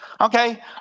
Okay